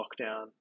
lockdown